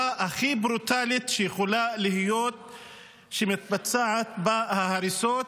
הכי ברוטלית שיכולה להיות שמתבצעות בה ההריסות,